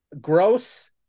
gross